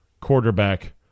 quarterback